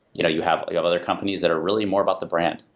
you know you have ah have other companies that are really more about the brand.